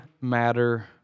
matter